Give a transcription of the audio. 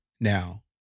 now